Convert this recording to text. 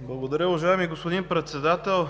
Благодаря, уважаеми господин Председател!